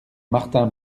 martin